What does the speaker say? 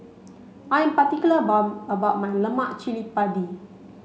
I am particular about about my Lemak Cili Padi